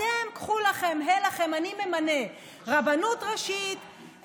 אתם, קחו לכם, הא לכם, אני ממנה רבנות ראשית,